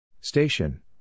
Station